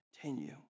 continue